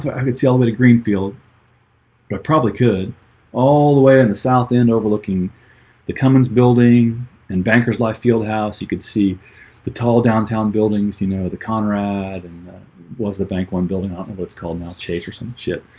i could see elevate a green field but probably could all the way on and the south end overlooking the commons building and bankers life fieldhouse you could see the tall downtown buildings, you know the conrad and was the bank one building on and what's called mouth chase or some shit